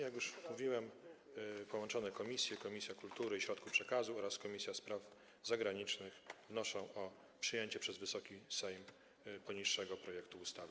już powiedziałem, połączone komisje: Komisja Kultury i Środków Przekazu oraz Komisja Spraw Zagranicznych, wnoszą o przyjęcie przez Wysoki Sejm przedłożonego projektu ustawy.